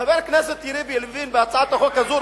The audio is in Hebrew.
חבר הכנסת יריב לוין בהצעת החוק הזו,